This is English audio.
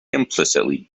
implicitly